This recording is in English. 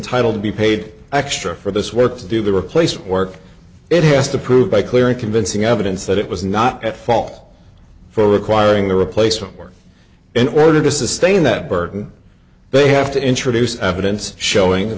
entitle to be paid extra for this work to do the replacement work it has to prove by clear and convincing evidence that it was not at fault for requiring the replacement work in order to sustain that burden they have to introduce evidence showing